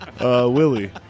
Willie